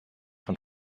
von